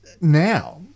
Now